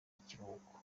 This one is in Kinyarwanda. kiruhuko